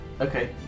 Okay